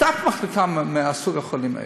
שום מחלקה לסוג החולים הזה.